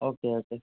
okay okay